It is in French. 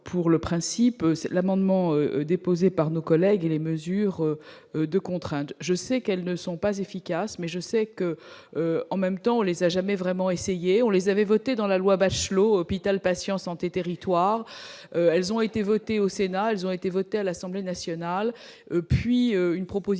pour le principe, c'est l'amendement déposé par nos collègues et les mesures de contrainte, je sais qu'elles ne sont pas efficaces mais je sais que, en même temps on les a jamais vraiment essayer, on les avait voté dans la loi Bachelot hôpital, patients, santé, territoires, elles ont été votées au Sénat, elles ont été votées à l'Assemblée nationale, puis une proposition